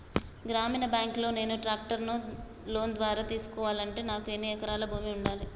గ్రామీణ బ్యాంక్ లో నేను ట్రాక్టర్ను లోన్ ద్వారా తీసుకోవాలంటే నాకు ఎన్ని ఎకరాల భూమి ఉండాలే?